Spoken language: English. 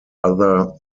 other